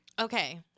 Okay